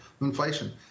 inflation